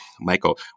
Michael